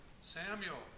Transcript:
Samuel